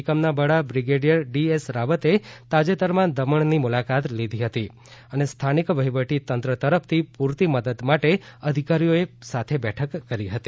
એકમના વડા brigadier D S રાવતે તાજેતરમાં દમણની મુલાકાત લીધી હતી અને સ્થાનિક વહીવટી તંત્ર તરફથી પૂરતી મદદ માટે અધિકારીઓએ સાથે બેઠક કરી હતી